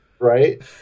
Right